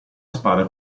spada